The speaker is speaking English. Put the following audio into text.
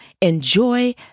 enjoy